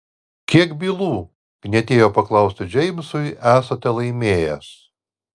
kiek bylų knietėjo paklausti džeimsui esate laimėjęs